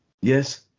Yes